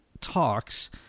talks